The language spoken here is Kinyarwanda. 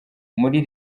muri